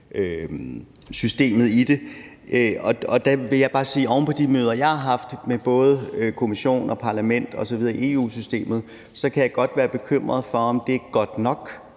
tredjedelesystemet – vil jeg bare sige, at oven på de møder, jeg har haft med både Kommissionen og Parlamentet osv. i EU-systemet, kan jeg godt være bekymret for, om det er godt nok,